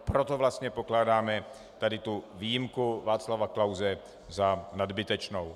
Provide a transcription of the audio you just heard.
Proto vlastně pokládáme tuto výjimku Václava Klause za nadbytečnou.